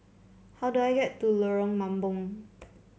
how do I get to Lorong Mambong